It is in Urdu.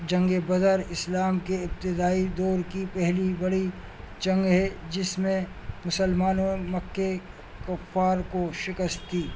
جنگیں بدر اسلام کے ابتدائی دور کی پہلی بڑی جنگ ہے جس میں مسلمانوں مکے کفار کو شکست تھی